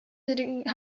method